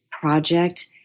project